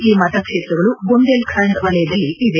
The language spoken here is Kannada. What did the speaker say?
ಈ ಮತಕ್ಷೇತ್ರಗಳು ಬುಂದೇಲ್ಖಂಡ್ ವಲಯದಲ್ಲಿ ಇವೆ